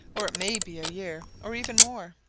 or it may be a year, or even more.